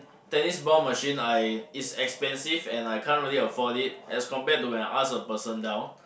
tennis ball machine I is expensive and I can't really afford it as compare to I ask a person down